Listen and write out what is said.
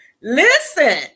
listen